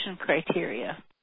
criteria